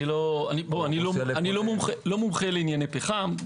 אני לא מומחה בענייני פחם.